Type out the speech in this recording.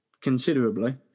considerably